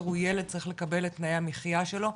הוא ילד צריך לקבל את תנאיי המחייה שלו,